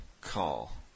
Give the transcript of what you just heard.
Call